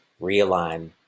realign